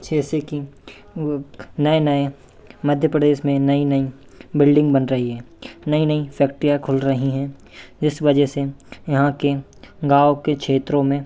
जैसे कि वो नए नए मध्य प्रदेश में नई नई बिल्डिंग बन रही हैं नई नई फ़ैक्ट्रियाँ खुल रही हैं जिस वजह से यहाँ के गाँव के क्षेत्रों में